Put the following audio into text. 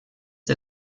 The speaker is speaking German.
der